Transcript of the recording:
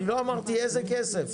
לא אמרתי איזה כסף.